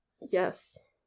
Yes